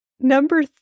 Number